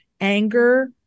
Anger